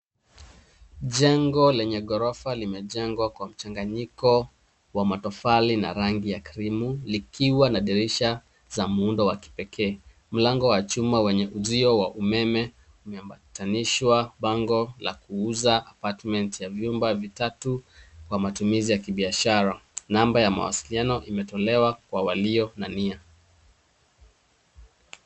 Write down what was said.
Jengo lenye ghorofa limejengwa kwa mchanganyiko wa matofali na rangi ya cream ,likiwa na dirisha za muundo wa kipekee. Mlango wa chuma wenye uzio wa umeme umeambatanishwa bango la kuuza apartment ya vyumba vitatu kwa matumizi ya kabiashara. Namba ya mawasiliano imetolewa kwa walio na nia.